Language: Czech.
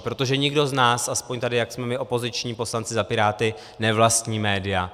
Protože nikdo z nás, aspoň tady, jak jsme my opoziční poslanci za Piráty, nevlastní média.